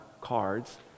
Cards